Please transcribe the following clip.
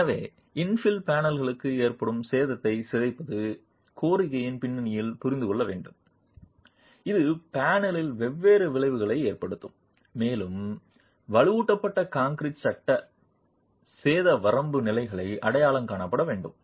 எனவே இன்ஃபில் பேனல்களுக்கு ஏற்படும் சேதத்தை சிதைப்பது கோரிக்கையின் பின்னணியில் புரிந்து கொள்ள வேண்டும் இது பேனலில் வெவ்வேறு விளைவுகளை ஏற்படுத்தும் மேலும் வலுவூட்டப்பட்ட கான்கிரீட் சட்டம் சேத வரம்பு நிலைகளில் அடையாளம் காணப்பட வேண்டும்